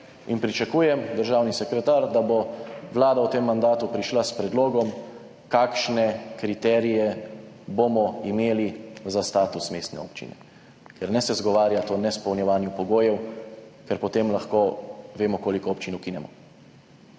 In pričakujem, državni sekretar, da bo Vlada v tem mandatu prišla s predlogom, kakšne kriterije bomo imeli za status mestne občine. Ne se izgovarjati na neizpolnjevanje pogojev, ker potem vemo, koliko občin lahko ukinemo.